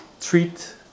treat